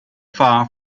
far